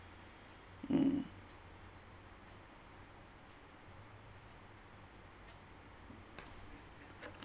mm